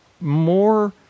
more